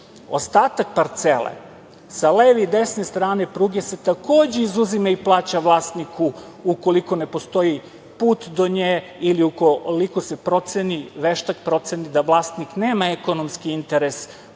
ostatak parcele sa leve i desne strane pruge se takođe izuzima i plaća vlasniku ukoliko ne postoji put do nje ili ukoliko se proceni, veštak proceni da vlasnik nema ekonomski interes da